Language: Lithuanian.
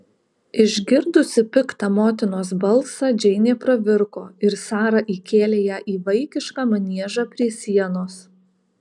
išgirdusi piktą motinos balsą džeinė pravirko ir sara įkėlė ją į vaikišką maniežą prie sienos